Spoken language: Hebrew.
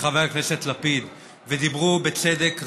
וחבר הכנסת לפיד ודיברו, בצדק רב,